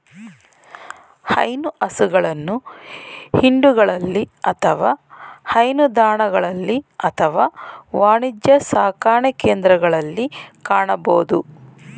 ಹೈನು ಹಸುಗಳನ್ನು ಹಿಂಡುಗಳಲ್ಲಿ ಅಥವಾ ಹೈನುದಾಣಗಳಲ್ಲಿ ಅಥವಾ ವಾಣಿಜ್ಯ ಸಾಕಣೆಕೇಂದ್ರಗಳಲ್ಲಿ ಕಾಣಬೋದು